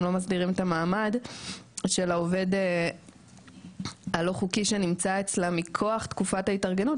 לא מסדירים את המעמד של העובד הלא חוקי שנמצא אצלם מכוח תקופת ההתארגנות,